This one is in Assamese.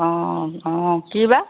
অঁ কি বা